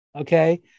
Okay